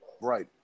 Right